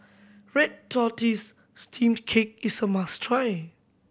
red tortoise steamed cake is a must try